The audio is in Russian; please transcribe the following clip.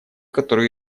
которые